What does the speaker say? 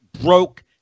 broke